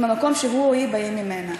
עם המקום שהוא או היא באים ממנה.